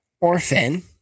orphan